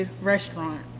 restaurant